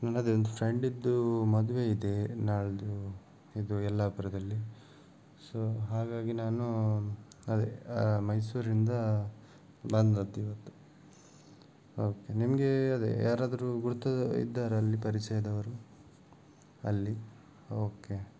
ನನ್ನದೊಂದು ಫ್ರೆಂಡ್ಡಿದ್ದು ಮದುವೆ ಇದೆ ನಾಳ್ದು ಇದು ಯಲ್ಲಾಪುರದಲ್ಲಿ ಸೊ ಹಾಗಾಗಿ ನಾನು ಅದೇ ಮೈಸೂರಿಂದ ಬಂದದ್ದಿವತ್ತು ಓಕೆ ನಿಮಗೆ ಅದೇ ಯಾರಾದರೂ ಗುರ್ತದವರು ಇದ್ದಾರಾ ಅಲ್ಲಿ ಪರಿಚಯದವರು ಅಲ್ಲಿ ಓಕೆ